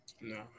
No